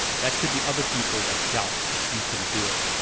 that could be other people that doubt that you can do it,